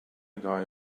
guy